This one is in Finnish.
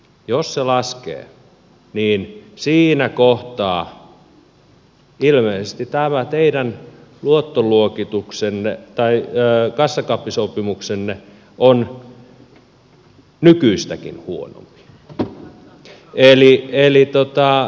jos se laskee niin siinä kohtaa ilmeisesti tämä teidän luottoluokituksenne tai kassakaappisopimuksenne on nykyistäkin huonompi